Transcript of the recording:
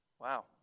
Wow